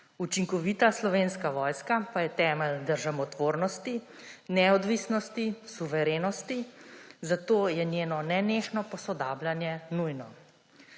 Učinkovita Slovenska vojska pa je temelj državotvornosti, neodvisnosti, suverenosti, zato je njeno nenehno posodabljanje nujno,